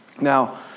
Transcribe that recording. Now